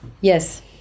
yes